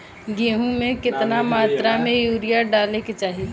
गेहूँ में केतना मात्रा में यूरिया डाले के चाही?